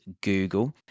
Google